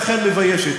ואכן מביישת.